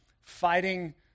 fighting